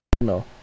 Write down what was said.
no